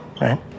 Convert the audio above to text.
right